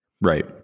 Right